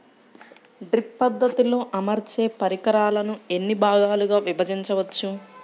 Drip పద్ధతిలో అమర్చే పరికరాలను ఎన్ని భాగాలుగా విభజించవచ్చు?